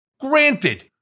granted